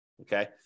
Okay